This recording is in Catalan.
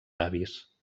avis